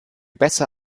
besser